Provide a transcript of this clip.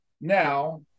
now